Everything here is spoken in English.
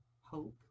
hope